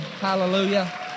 Hallelujah